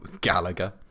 Gallagher